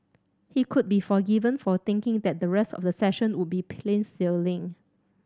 he could be forgiven for thinking that the rest of the session would be plain sailing